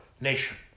nation